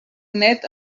net